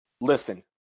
listen